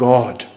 God